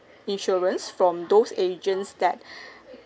insurance from those agents that